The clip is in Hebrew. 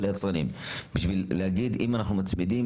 בשביל להגיד: אם אנחנו מצמידים,